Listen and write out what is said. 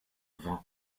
vin